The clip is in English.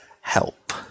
help